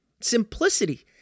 Simplicity